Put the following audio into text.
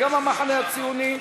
גם המחנה הציוני,